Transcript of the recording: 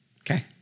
Okay